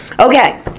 Okay